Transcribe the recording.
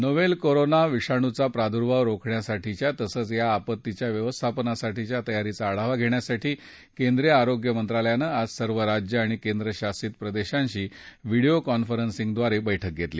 novel corona विषाणूचा प्रादुर्भाव रोखण्यासाठीच्या तसंच या आपत्तीच्या व्यवस्थापनासाठीच्या तयारीचा आढावा घेण्यासाठी केंद्रीय आरोग्य मंत्रालयानं आज सर्व राज्यं आणि केंद्रशासित प्रदेशांशी व्हिडीयो कॉन्फरन्सिंगद्वारे बैठक घेतली